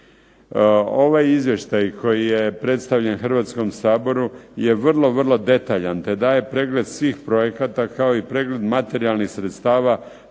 Ovaj izvještaj koji je predstavljen Hrvatskom saboru je vrlo, vrlo detaljan te daje pregled svih projekata, kao i pregled materijalnih sredstava